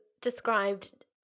described